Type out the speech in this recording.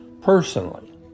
Personally